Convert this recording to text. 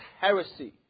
heresy